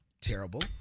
terrible